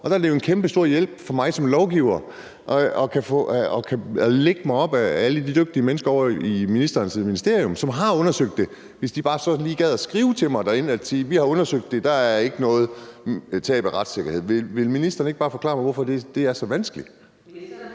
år. Der er det jo en kæmpestor hjælp for mig som lovgiver at kunne lægge mig op ad alle de dygtige mennesker ovre i ministerens ministerium, som har undersøgt det, hvis de så bare lige skal skrive det til mig derinde og sige, at de har undersøgt det, og der ikke er noget tab af retssikkerhed. Vil ministeren ikke bare forklare mig, hvorfor det er så vanskeligt?